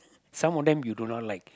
some of them you do not like